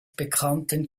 bekannten